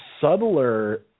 subtler